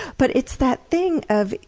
but it's that thing of,